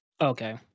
okay